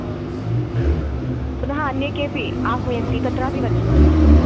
पुनः अन्ये केऽपि आह्वयन्ति तत्रापि गच्छन्तु नाम